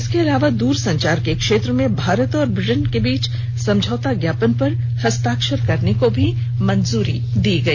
इसके अलावा द्रसंचार के क्षेत्र में भारत और ब्रिटेन के बीच समझौता ज्ञापन पर हस्ताक्षर करने को भी मंजूरी दी गई